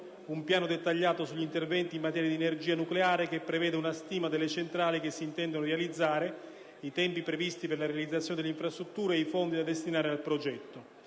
un piano dettagliato sugli interventi in materia di energia nucleare che preveda una stima delle centrali che si intendono realizzare, i tempi previsti per la realizzazione delle infrastrutture e i fondi da destinare al progetto.